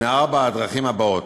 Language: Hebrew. מארבע הדרכים הבאות,